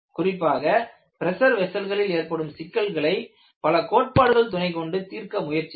குறிப்பாக பிரஷர் வெசல்களில் ஏற்படும் சிக்கல்களை பல கோட்பாடுகள் துணை கொண்டு தீர்க்க முயற்சித்தனர்